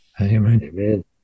Amen